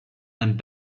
and